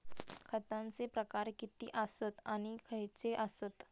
खतांचे प्रकार किती आसत आणि खैचे आसत?